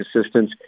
assistance